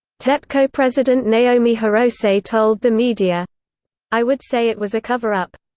tepco president naomi hirose told the media i would say it was a cover-up.